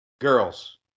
girls